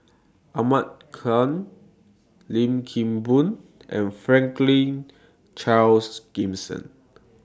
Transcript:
Ahmad Khan Lim Kim Boon and Franklin Charles Gimson